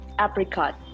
apricot